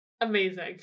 amazing